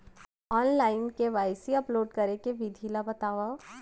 Online KYC upload करे के विधि ला बतावव?